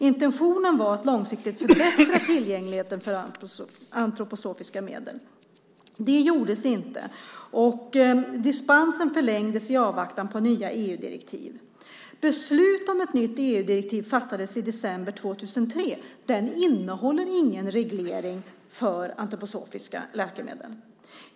Intentionen var att långsiktigt förbättra tillgängligheten till antroposofiska läkemedel. Det gjordes inte, och dispensen förlängdes i avvaktan på nya EU-direktiv. Beslut om ett nytt EU-direktiv fattades i december 2003. Detta innehåller ingen reglering för antroposofiska läkemedel.